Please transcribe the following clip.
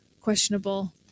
questionable